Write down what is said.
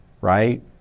right